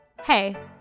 Hey